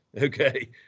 okay